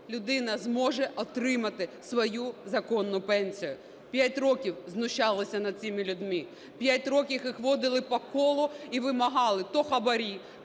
людина зможе отримати свою законну пенсію. П'ять років знущалися над цими людьми, 5 років їх водили по колу і вимагали то хабарі,